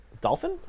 Dolphin